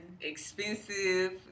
expensive